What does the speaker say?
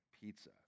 pizza